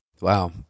Wow